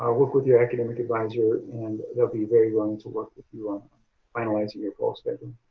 um work with your academic advisor and they'll be very willing to work with you on finalizing your fall schedule.